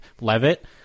Levitt